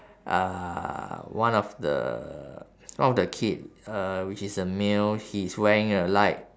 uh one of the one of the kid uh which is a male he's wearing a light